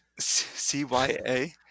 CYA